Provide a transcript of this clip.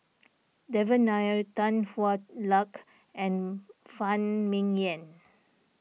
Devan Nair Tan Hwa Luck and Phan Ming Yen